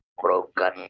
broken